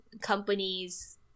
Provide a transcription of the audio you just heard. companies